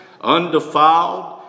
undefiled